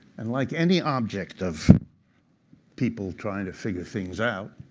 and like any object of people trying to figure things out,